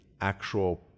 actual